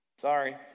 Sorry